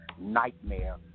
nightmare